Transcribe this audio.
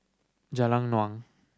Jalan Naung